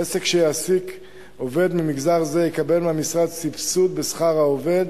עסק שיעסיק עובד ממגזר זה יקבל מהמשרד סבסוד בשכר העובד